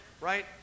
Right